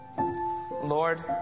Lord